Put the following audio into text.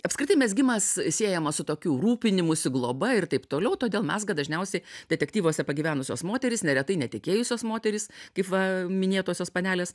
apskritai mezgimas siejamas su tokiu rūpinimusi globa ir taip toliau todėl mezga dažniausiai detektyvuose pagyvenusios moterys neretai netekėjusios moterys kaip va minėtosios panelės